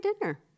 dinner